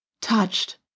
touched